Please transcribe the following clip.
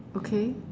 okay